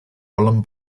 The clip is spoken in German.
allem